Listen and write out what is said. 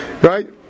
Right